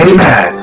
Amen